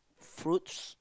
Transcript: fruits